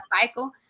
cycle